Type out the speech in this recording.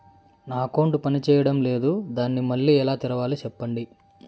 నా అకౌంట్ పనిచేయడం లేదు, దాన్ని మళ్ళీ ఎలా తెరవాలి? సెప్పండి